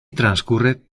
transcurre